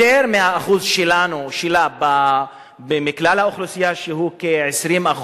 יותר מהאחוז שלה מכלל האוכלוסייה, שהוא כ-20%.